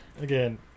Again